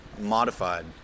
modified